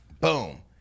Boom